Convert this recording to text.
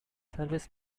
service